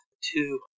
two